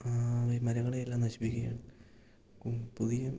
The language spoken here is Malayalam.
ഈ മരങ്ങളെയെല്ലാം നശിപ്പിക്കുകയാണ് പുതിയ